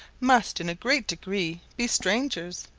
must in a great degree be strangers.